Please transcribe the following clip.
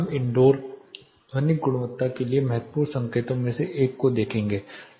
हम इनडोर ध्वनिक गुणवत्ता के लिए महत्वपूर्ण संकेतकों में से एक को देखेंगे